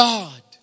God